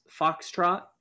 Foxtrot